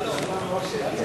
חוק גנים